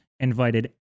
invited